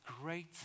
great